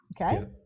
Okay